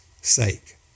sake